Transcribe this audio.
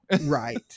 right